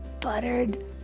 buttered